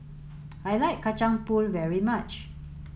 I like Kacang Pool very much